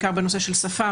בעיקר בנושא של שפה,